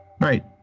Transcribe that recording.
right